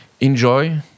enjoy